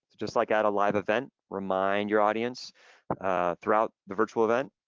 just like at a live event, remind your audience throughout the virtual event.